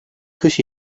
kış